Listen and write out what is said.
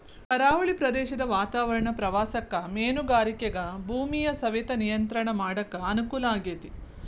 ಕರಾವಳಿ ಪ್ರದೇಶದ ವಾತಾವರಣ ಪ್ರವಾಸಕ್ಕ ಮೇನುಗಾರಿಕೆಗ ಭೂಮಿಯ ಸವೆತ ನಿಯಂತ್ರಣ ಮಾಡಕ್ ಅನುಕೂಲ ಆಗೇತಿ